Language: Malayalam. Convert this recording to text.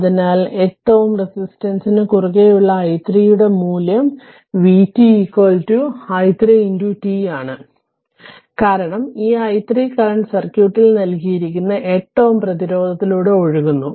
അതിനാൽ 8 Ω റെസിസ്റ്റൻസിനു കുറുകെയുള്ള i3 യുടെ മൂല്യം vt i3t ആണ് കാരണം ഈ i3 കറന്റ് സർക്യൂട്ടിൽ നൽകിയിരിക്കുന്ന 8 Ω പ്രതിരോധത്തിലൂടെ ഒഴുകുന്നു